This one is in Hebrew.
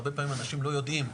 הרבה פעמים אנשים לא יודעים,